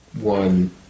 one